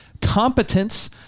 competence